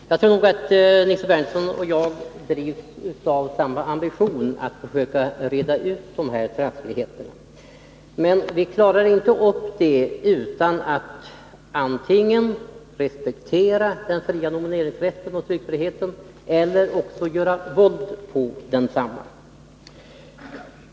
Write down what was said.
Herr talman! Jag tror att Nils Berndtson och jag drivs av samma ambition att försöka reda ut de här trassligheterna. Men vi klarar inte det utan att antingen respektera den fria nomineringsrätten och tryckfriheten eller också göra våld på dem.